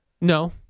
No